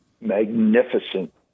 Magnificent